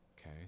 okay